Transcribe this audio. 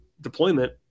deployment